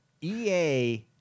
EA